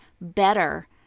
better